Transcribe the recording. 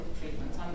treatment